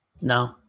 No